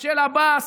של עבאס,